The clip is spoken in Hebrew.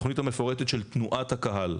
התוכנית המפורטת של תנועת הקהל,